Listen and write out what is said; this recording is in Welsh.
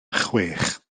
chwech